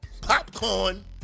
Popcorn